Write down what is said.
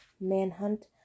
manhunt